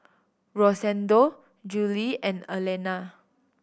Rosendo Jule and Allena